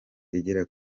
igera